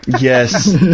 Yes